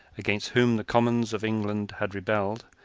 against whom the commons of england had rebelled,